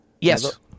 Yes